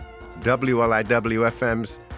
WLIWFM's